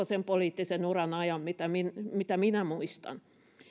sen poliittisen uran ajan mitä minä mitä minä muistan